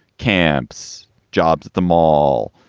camps, jobs at the mall.